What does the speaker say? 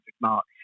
mark